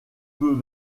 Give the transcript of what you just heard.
peut